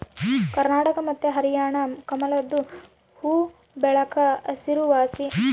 ಕರ್ನಾಟಕ ಮತ್ತೆ ಹರ್ಯಾಣ ಕಮಲದು ಹೂವ್ವಬೆಳೆಕ ಹೆಸರುವಾಸಿ